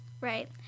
right